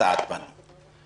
ומתעתעת בנו,